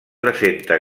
presenta